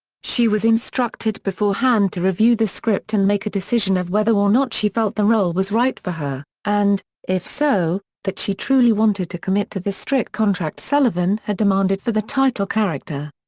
she was instructed beforehand to review the script and make a decision of whether or not she felt the role was right for her, and, if so, that she truly wanted to commit to the strict contract sullivan had demanded for the title character.